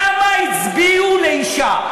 כמה הצביעו לאישה,